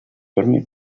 dormit